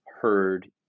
heard